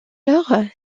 lors